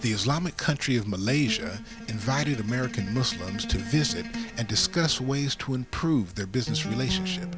the islamic country of malaysia invited american muslims to visit and discuss ways to improve their business relationship